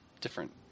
Different